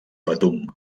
betum